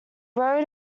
road